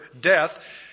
death